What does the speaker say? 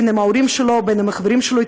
ההורים שלו או החברים שלו.